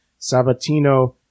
Sabatino